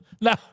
No